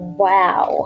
wow